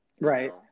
Right